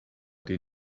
die